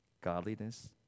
godliness